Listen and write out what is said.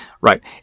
right